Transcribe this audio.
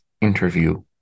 interview